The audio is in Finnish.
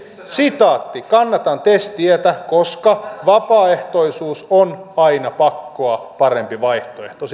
sitaatti kannatan tes tietä koska vapaaehtoisuus on aina pakkoa parempi vaihtoehto